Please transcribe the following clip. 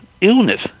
illness